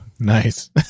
nice